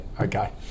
okay